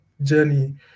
journey